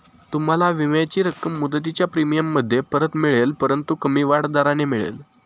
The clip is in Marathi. तुम्हाला विम्याची रक्कम मुदतीच्या प्रीमियममध्ये परत मिळेल परंतु कमी वाढ दराने मिळेल